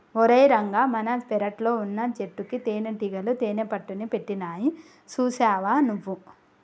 ఓరై రంగ మన పెరట్లో వున్నచెట్టుకి తేనటీగలు తేనెపట్టుని పెట్టినాయి సూసావా నువ్వు